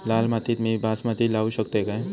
लाल मातीत मी बासमती लावू शकतय काय?